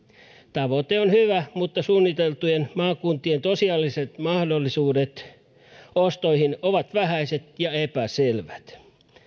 tavoite on hyvä mutta suunniteltujen maakuntien tosiasialliset mahdollisuudet ostoihin ovat vähäiset ja epäselvät